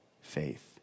faith